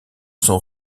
sont